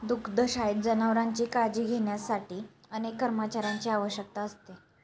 दुग्धशाळेत जनावरांची काळजी घेण्यासाठी अनेक कर्मचाऱ्यांची आवश्यकता असते